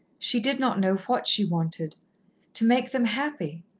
she did not know what she wanted to make them happy,